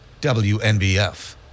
WNBF